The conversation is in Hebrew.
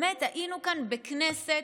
היינו כאן בכנסת,